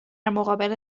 مقابل